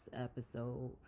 episode